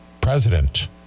President